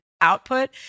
output